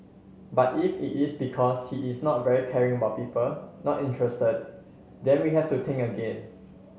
but if it is because he is not very caring about people not interested then we have to think again